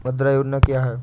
मुद्रा योजना क्या है?